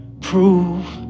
prove